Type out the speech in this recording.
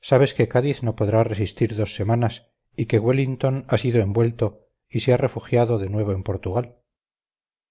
sabes que cádiz no podrá resistir dos semanas y que wellington ha sido envuelto y se ha refugiado de nuevo en portugal